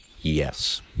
Yes